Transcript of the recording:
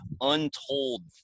Untold